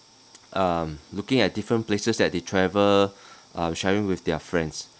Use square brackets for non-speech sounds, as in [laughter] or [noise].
um looking at different places that they travel [breath] uh sharing with their friends